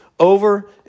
over